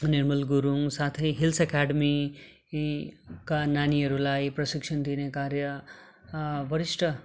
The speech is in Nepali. निर्मल गुरूङ साथै हिल्स एकाडेमीका नानीहरूलाई प्रशिक्षण दिने कार्य वरिष्ठ